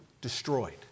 Destroyed